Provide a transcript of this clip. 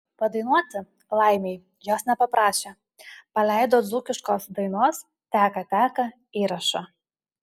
padainuoti laimei jos nepaprašė paleido dzūkiškos dainos teka teka įrašą